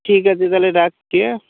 ঠিক আছে থালে রাকছি হ্যাঁ